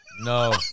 No